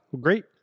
great